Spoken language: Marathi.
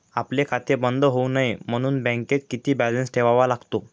आपले खाते बंद होऊ नये म्हणून बँकेत किती बॅलन्स ठेवावा लागतो?